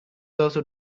also